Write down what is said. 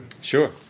Sure